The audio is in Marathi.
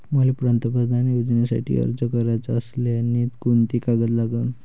मले पंतप्रधान योजनेसाठी अर्ज कराचा असल्याने कोंते कागद लागन?